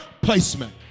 placement